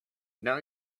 now